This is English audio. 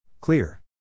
Clear